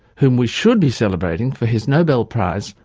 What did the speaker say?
whom we should be celebrating for his nobel prize,